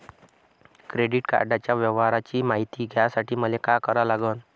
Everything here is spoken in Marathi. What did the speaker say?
क्रेडिट कार्डाच्या व्यवहाराची मायती घ्यासाठी मले का करा लागन?